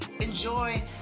Enjoy